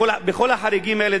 בכל החריגים האלה.